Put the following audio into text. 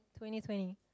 2020